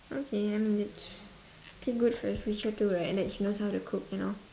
okay I mean it's too good for your future too right and that she knows how to cook you know